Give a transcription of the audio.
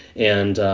and